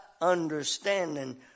understanding